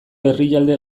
herrialde